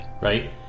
right